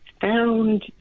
found